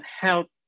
help